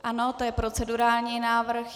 Ano, to je procedurální návrh.